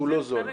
שהוא לא זול.